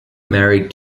married